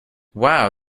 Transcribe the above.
wow